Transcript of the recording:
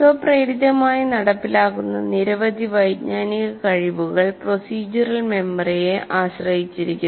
സ്വപ്രേരിതമായി നടപ്പിലാക്കുന്ന നിരവധി വൈജ്ഞാനിക കഴിവുകൾ പ്രോസിജ്വറൽ മെമ്മറിയെ ആശ്രയിച്ചിരിക്കുന്നു